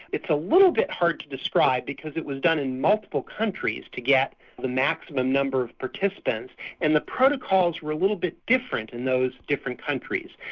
it's a little bit hard to describe because it was done in multiple countries to get the maximum number of participants and the protocols were a little bit different in those different countries.